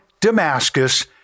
Damascus